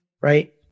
right